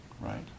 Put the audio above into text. Right